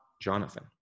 Jonathan